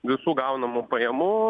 visų gaunamų pajamų